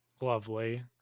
lovely